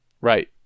right